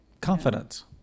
Confidence